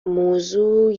موضوع